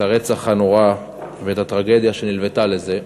הרצח הנורא והטרגדיה שנלוותה לזה.